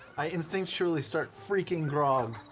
i instinctually start freaking grog.